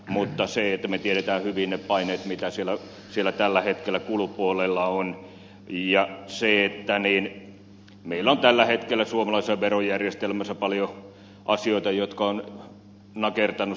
mutta me tiedämme hyvin ne paineet joita siellä tällä hetkellä kulupuolella on ja meillä on tällä hetkellä suomalaisessa verojärjestelmässä paljon asioita jotka ovat nakertaneet sitä